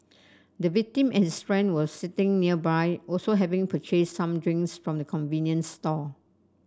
the victim and his friend were sitting nearby also having purchased some drinks from the convenience store